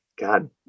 god